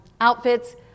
outfits